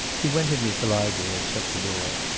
he went into the library and shut the door.